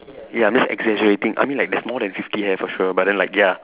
ya I'm just exaggerating I mean like there's more than fifty hairs for sure but then like ya